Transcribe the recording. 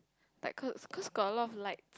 like cause~ cause got a lot of lights